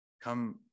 Come